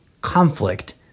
conflict